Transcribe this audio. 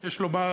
יש לומר,